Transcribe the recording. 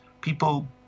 people